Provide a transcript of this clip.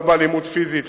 לא באלימות פיזית,